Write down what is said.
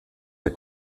der